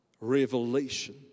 Revelation